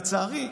לצערי,